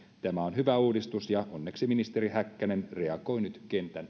tämä on hyvä uudistus ja onneksi ministeri häkkänen reagoi nyt